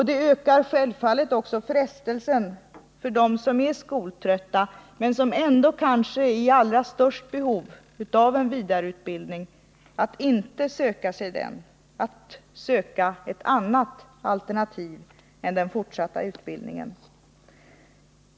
Det ökar självfallet också frestelsen för dem som är skoltrötta, men som kanske ändå är i allra största behov av en vidareutbildning, att inte söka sig till den, att söka ett annat alternativ än den fortsatta utbildningen.